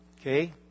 Okay